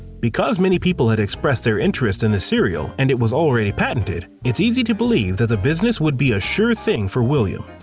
because many people had expressed their interest in the cereal and it was already patented, it's easy to believe that the business would be a sure thing for william.